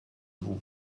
vous